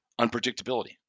unpredictability